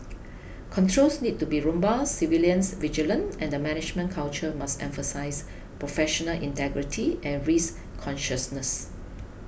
controls need to be robust surveillance vigilant and the management culture must emphasize professional integrity and risk consciousness